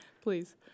please